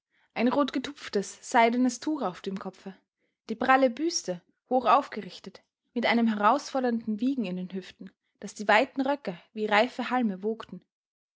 ein rotgetupftes seidenes tuch auf dem kopfe die pralle büste hochaufgerichtet mit einem herausfordernden wiegen in den hüften daß die weiten röcke wie reife halme wogten